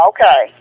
Okay